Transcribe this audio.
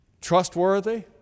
Trustworthy